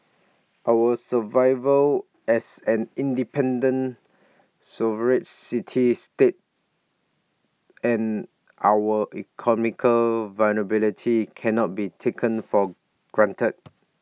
our survival as an independent sovereign city state and our economic viability cannot be taken for granted